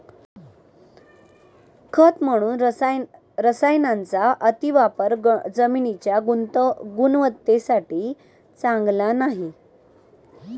खत म्हणून रसायनांचा अतिवापर जमिनीच्या गुणवत्तेसाठी चांगला नाही